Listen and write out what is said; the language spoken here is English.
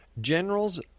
General's